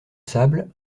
sable